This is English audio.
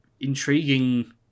intriguing